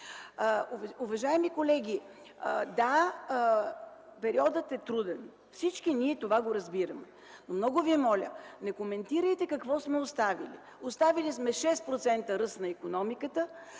Уважаеми колеги! Да, периодът е труден и всички ние го разбираме. Много ви моля, не коментирайте какво сме оставили. Оставили сме 6% ръст на икономиката,